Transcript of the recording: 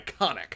iconic